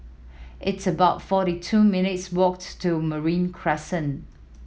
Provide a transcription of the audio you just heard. it's about forty two minutes' walks to Marine Crescent